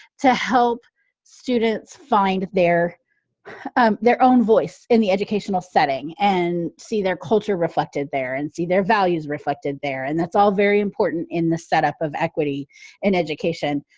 to help students find their own voice in the educational setting, and see their culture reflected there, and see their values reflected there and that's all very important in the setup of equity in education.